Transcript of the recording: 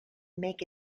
make